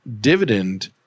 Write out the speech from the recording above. dividend